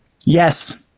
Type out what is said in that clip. Yes